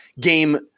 game